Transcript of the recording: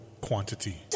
quantity